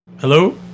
Hello